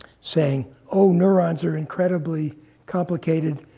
saying, oh, neurons are incredibly complicated.